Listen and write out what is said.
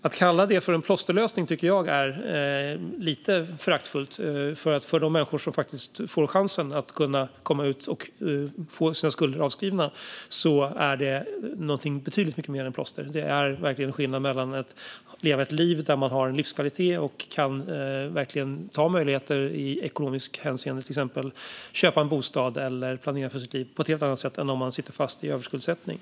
Att kalla detta för plåsterlösning tycker jag är lite föraktfullt mot de människor som får chansen att få sina skulder avskrivna och kunna komma ut. För dem är detta betydligt mycket mer än ett plåster. Det är verkligen skillnad att leva ett liv med livskvalitet, kunna ta möjligheter i ekonomiskt hänseende, till exempel köpa en bostad, eller göra andra planer för sitt liv. Det är verkligen något helt annat än om man sitter fast i överskuldsättning.